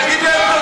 תגנה את זה.